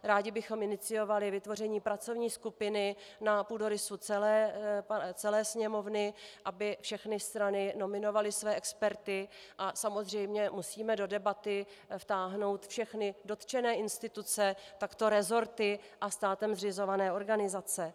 Rádi bychom iniciovali vytvoření pracovní skupiny na půdorysu celé Sněmovny, aby všechny strany nominovaly své experty, a samozřejmě musíme do debaty vtáhnout všechny dotčené instituce, takto resorty a státem zřizované organizace.